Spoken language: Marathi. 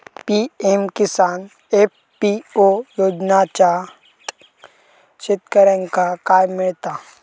पी.एम किसान एफ.पी.ओ योजनाच्यात शेतकऱ्यांका काय मिळता?